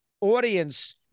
audience